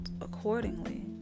accordingly